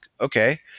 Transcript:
Okay